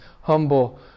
humble